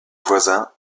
voisins